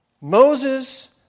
Moses